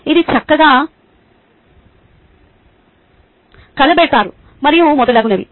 ఇది చక్కగా కలబెడ్తారు మరియు మొదలగునవి